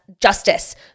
justice